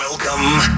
Welcome